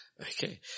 Okay